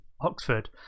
Oxford